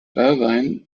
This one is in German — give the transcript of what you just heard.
irvine